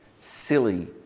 silly